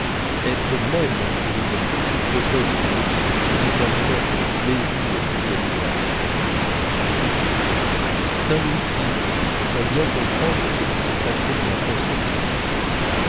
être même pour une petite cocotte des motifs plus déterminants que le plaisir de gagner de l'argent saint loup qui sans bien comprendre ce qui se passait dans la pensée de sa maîtresse